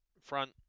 front